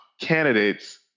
candidates